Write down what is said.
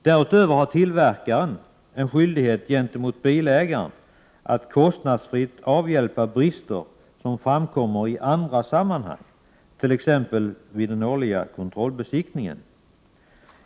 Därutöver har tillverkaren en skyldighet gentemot bilägaren att kostnadsfritt avhjälpa brister som framkommer i andra sammanhang, t.ex. vid den årliga kontrollbesiktningen.